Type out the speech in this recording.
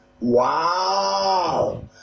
Wow